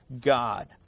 God